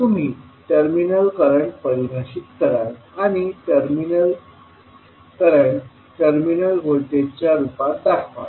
तुम्ही terminal current परिभाषित कराल किंवा टर्मिनल करंट टर्मिनल व्होल्टेजच्या रूपात दाखवाल